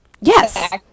Yes